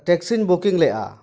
ᱴᱮᱠᱥᱤᱧ booking ᱞᱮᱜᱼᱟ